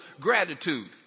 gratitude